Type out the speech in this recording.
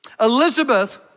Elizabeth